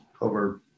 over